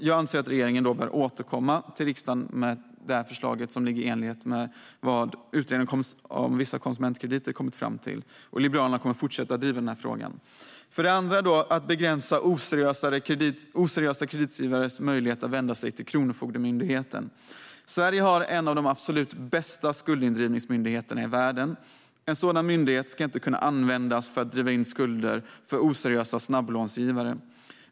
Jag anser att regeringen bör återkomma till riksdagen med ett förslag i enlighet med vad Utredningen om vissa konsumentkrediter kommit fram till. Liberalerna kommer att fortsätta driva den här frågan. För det andra handlar det om att begränsa oseriösa kreditgivares möjligheter att vända sig till Kronofogdemyndigheten. Sverige har en av de absolut bästa skuldindrivningsmyndigheterna i världen. En sådan myndighet ska inte kunna användas av oseriösa snabblånsgivare för att driva in skulder.